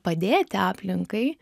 padėti aplinkai